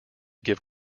give